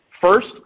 First